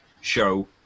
show